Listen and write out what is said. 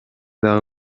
дагы